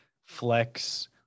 flex